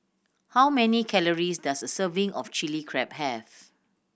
how many calories does a serving of Chilli Crab have